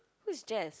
who's Jess